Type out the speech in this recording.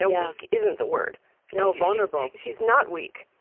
ah weak isn't the word no, vulnerable. she's not weak